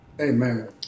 amen